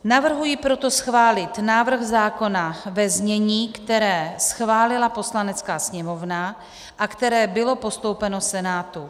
Navrhuji proto schválit návrh zákona ve znění, které schválila Poslanecká sněmovna a které bylo postoupeno Senátu.